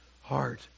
heart